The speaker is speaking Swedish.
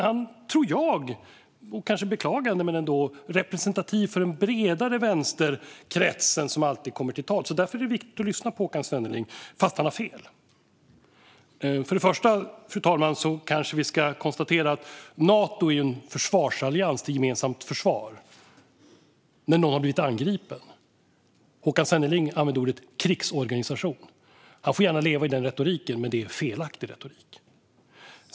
Jag tror, kanske beklagande men ändå, att han är representativ för en bredare vänsterkrets än den som alltid kommer till tals, och därför är det viktigt att lyssna på Håkan Svenneling - fast han har fel. Fru talman! För det första kan vi konstatera att Nato är en försvarsallians för gemensamt försvar när någon har blivit angripen. Håkan Svenneling använde ordet "krigsorganisation". Han får gärna använda sådan retorik, men det är felaktig retorik.